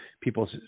people